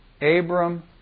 Abram